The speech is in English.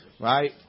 Right